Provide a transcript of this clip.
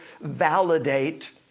validate